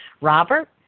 Robert